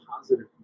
positive